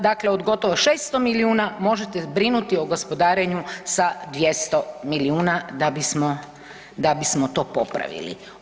Dakle od gotovo 600 milijuna možete brinuti o gospodarenju sa 200 milijuna da bismo to popravili.